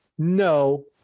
No